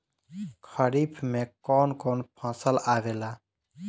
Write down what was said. खरीफ में कौन कौन फसल आवेला?